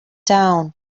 down